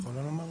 את יכולה לומר?